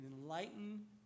enlighten